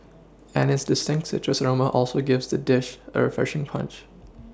and its distinct citrus aroma also gives the dish a refreshing punch